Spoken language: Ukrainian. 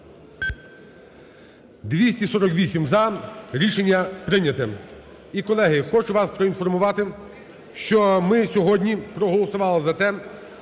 241 – за. Рішення прийнято.